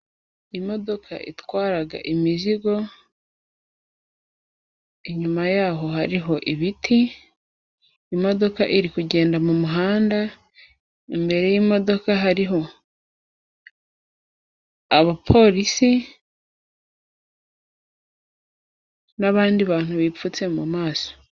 Imodoka itwaraga imizigo, inyuma yaho hariho ibiti, imodoka iri kugenda mu muhanda, imbere y'imodoka hariho abapolisi n'abandi bantu bipfutse mu maso.